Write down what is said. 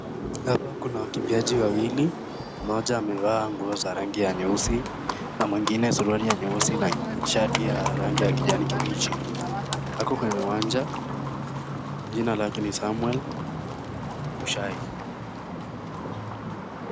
Hapa kuna wakimbiaji wawili, mmoja amevaa nguo za rangi ya nyeusi na mwingine suruali ya nyeusi na shati rangi ya kijani kibichi, ako kwenye uwanja, jina lake ni Samuel Mushai.